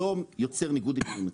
לא יוצר ניגוד עניינים אצלם,